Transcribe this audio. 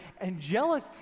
angelic